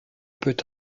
peut